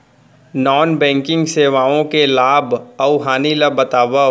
non banking सेवाओं के लाभ अऊ हानि ला बतावव